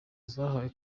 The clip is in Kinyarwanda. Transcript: zahawe